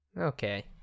Okay